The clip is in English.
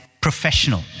professional